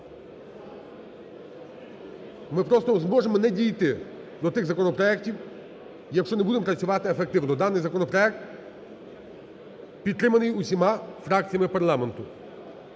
Ми просто зможемо не дійти до тих законопроектів, якщо не будемо працювати ефективно. Даний законопроект, підтриманий усіма фракціями парламенту,